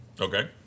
Okay